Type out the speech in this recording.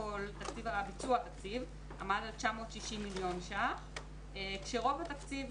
ביצוע התקציב בשנת 2019 עמד על 960 מיליון שקלים כשרוב התקציב,